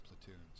platoons